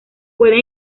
puede